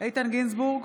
איתן גינזבורג,